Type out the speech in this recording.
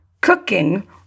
cooking